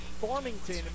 Farmington